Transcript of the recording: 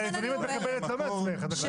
נכון.